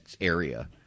area